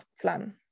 plan